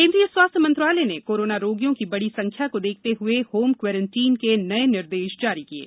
केन्द्रीय स्वास्थ्य मंत्रालय ने कोरोना रोगियों की बड़ी संख्या को देखते हुए होम क्वारेंटाइन के नये निर्देश जारी किये